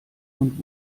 und